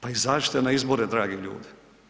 Pa izađite na izbore, dragi ljudi.